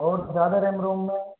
और ज़्यादा RAM ROM में